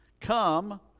come